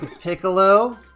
Piccolo